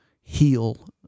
heal